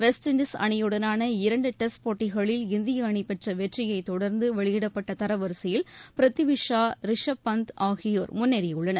west Indies அணியுடனான இரண்டு test போட்டிகளில் இந்திய அணி பெற்ற வெற்றியைத் தொடர்ந்து வெளியிடப்பட்ட தரவரிசையில் பிரித்வி ஷா ரிஷப் பந்த் ஆகியோர் முன்னேறியுள்ளனர்